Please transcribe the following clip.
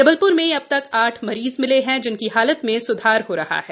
जबलप्र में अब तक आठ मरीज मिले हैं जिनकी हालत में सुधार हो रहा है